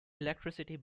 electricity